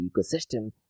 ecosystem